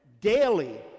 Daily